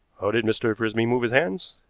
how did mr. frisby move his hands?